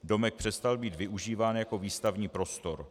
Domek přestal být využíván jako výstavní prostor.